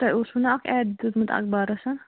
تۄہہِ اوسو نا اَکھ اٮ۪ڈ دیُتمُت اخبارَسَن